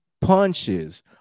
punches